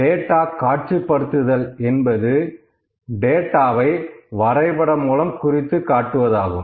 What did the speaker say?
data காட்சிப்படுத்துதல் என்பது டேட்டாவை வரைபடம் மூலம் குறித்து காட்டுவதாகும்